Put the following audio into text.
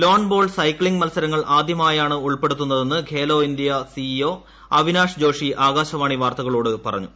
loan bowl cycling മത്സരങ്ങൾ ആദ്യമായാണ് ഉൾപ്പെടുത്തുന്നതെന്ന് ഖേലോ ഇന്ത്യ സിഇഒ അവിനാഷ് ജോഷി ആകാശവാണി വാർത്തകളോട് പറഞ്ഞു